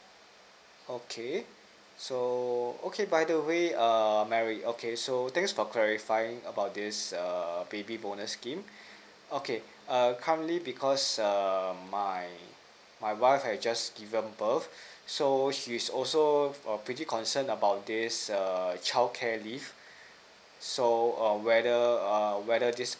okay so okay by the way err mary okay so thanks for clarifying about this err baby bonus scheme okay err currently because um my my wife has just given birth so she's also a pretty concern about this err childcare leave so um whether err whether this